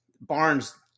Barnes